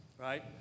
right